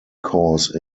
cause